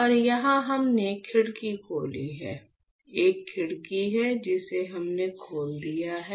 और यहां हमने खिड़की खोली है एक खिड़की है जिसे हमने खोल दिया है